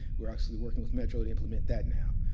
we're actually working with metro to implement that now.